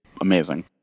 amazing